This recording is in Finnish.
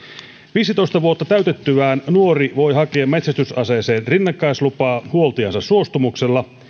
viisitoista vuotta täytettyään nuori voi hakea metsästysaseeseen rinnakkaislupaa huoltajansa suostumuksella